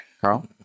Carl